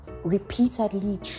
repeatedly